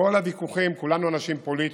כל הוויכוחים, כולנו אנשים פוליטיים,